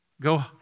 Go